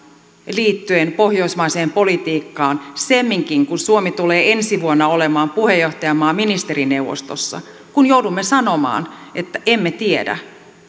liittyen pohjoismaiseen politiikkaan semminkin kun suomi tulee ensi vuonna olemaan puheenjohtajamaa ministerineuvostossa kun joudumme sanomaan että emme tiedä